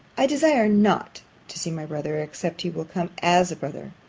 i desire not to see my brother, except he will come as a brother,